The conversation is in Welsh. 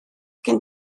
gen